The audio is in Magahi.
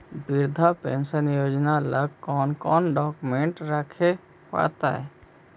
वृद्धा पेंसन योजना ल कोन कोन डाउकमेंट रखे पड़तै?